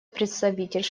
представитель